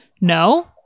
no